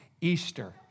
Easter